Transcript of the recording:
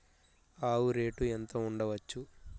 ఆవు రేటు ఎంత ఉండచ్చు?